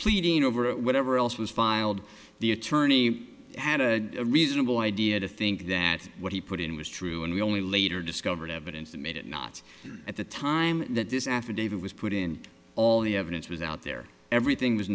pleading over or whatever else was filed the attorney had a reasonable idea to think that what he put in was true and we only later discovered evidence that made it not at the time that this affidavit was put in all the evidence was out there everything was